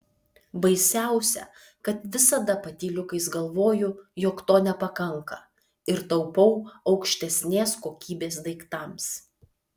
baisiausia kad visada patyliukais galvoju jog to nepakanka ir taupau aukštesnės kokybės daiktams